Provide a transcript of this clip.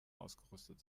ausgerüstet